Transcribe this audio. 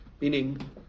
Meaning